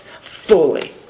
fully